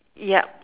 yup